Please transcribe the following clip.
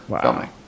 filming